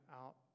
out